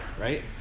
right